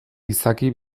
izaki